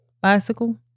bicycle